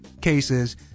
cases